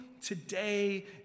today